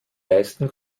leisten